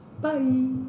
Bye